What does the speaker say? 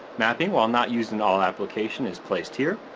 mapping while not used in all applications, is placed here.